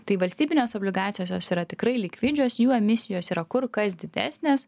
tai valstybinės obligacijos jos yra tikrai likvidžios jų emisijos yra kur kas didesnės